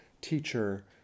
teacher